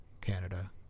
Canada